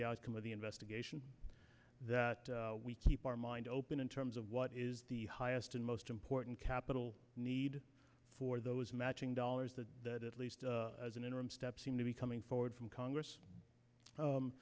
the outcome of the investigation that we keep our mind open in terms of what is the highest and most important capital need for those matching dollars that at least as an interim step seem to be coming forward from congress